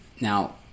Now